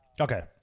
okay